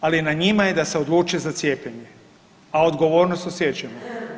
Ali na njima je da se odluče za cijepljenje, a odgovornost osjećamo.